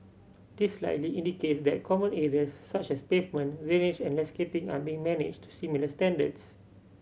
this likely indicates that common areas such as pavement drainage and landscaping are being managed to similar standards